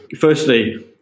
firstly